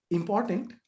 important